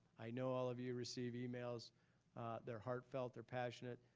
i know all of you receive emails that are heartfelt or passionate.